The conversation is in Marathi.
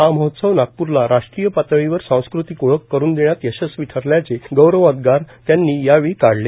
हा महोत्सव नागपूरला राष्ट्रीय पातळीवर सांस्कृतिक ओळख करुन देण्यात यशस्वी ठरल्याचे गौरवोदगार त्यांनी यावेळी काढले